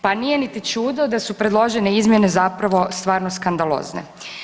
Pa nije niti čudo da su predložene izmjene zapravo stvarno skandalozne.